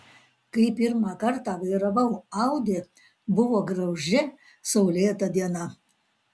kai pirmą kartą vairavau audi buvo graži saulėta diena